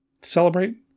celebrate